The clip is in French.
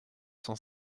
cent